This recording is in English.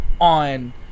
on